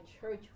church